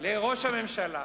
לראש הממשלה: